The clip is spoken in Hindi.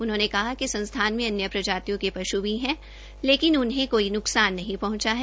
उनहोंने कहा िक संस्थान में अन्य प्रजातियों के पश् भी है लेकिन उन्हे कोई नुकसान नहीं पहुंचा है